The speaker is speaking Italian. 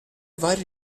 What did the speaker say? vari